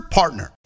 partner